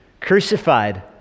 crucified